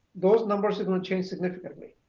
those numbers are going to change significantly